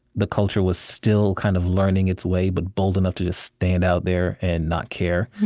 the culture was still kind of learning its way, but bold enough to just stand out there and not care.